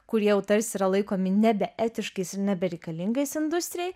kurie jau tarsi yra laikomi nebe etiškais ir nebereikalingais industrijai